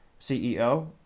CEO